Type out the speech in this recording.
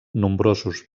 nombrosos